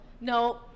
No